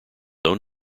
own